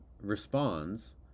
responds